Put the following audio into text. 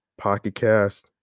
PocketCast